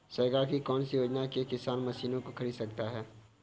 सरकार की कौन सी योजना से किसान मशीनों को खरीद सकता है?